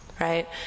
right